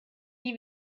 die